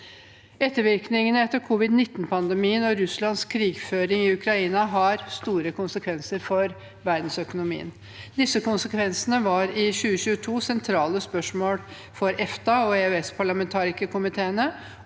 Ettervirkningene etter covid-19-pandemien og Russlands krigføring i Ukraina har store konsekvenser for verdensøkonomien. Disse konsekvensene var i 2022 sentrale spørsmål for EFTA- og EØS-parlamentarikerkomiteene.